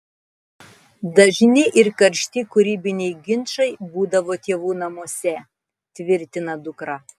dažni ir karšti kūrybiniai ginčai būdavo tėvų namuose tvirtina dukra